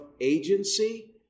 agency